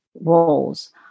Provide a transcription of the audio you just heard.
roles